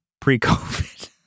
pre-COVID